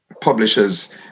publishers